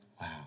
Wow